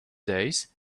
days